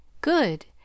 Good